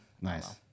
Nice